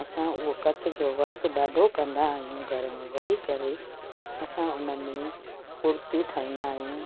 असां उहो कच्छ जो वर्क ॾाढो कंदा आहियूं घर में वेही करे असां उन में कुर्तियूं ठाहींदा आहियूं